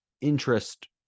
interest